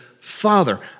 Father